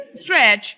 Stretch